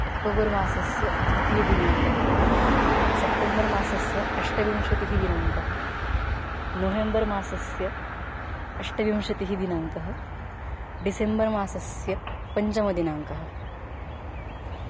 October मासस्य द्वितीयदिनाङ्कः September मासस्य अष्टाविंशतिः दिनाङ्कः नोवेम्बर् मासस्य अष्टाविंशतिः दिनाङ्कः डिसेम्बर् मासस्य पञ्चमदिनाङ्कः